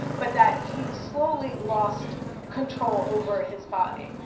but that he slowly lost control over his body,